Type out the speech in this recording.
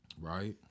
Right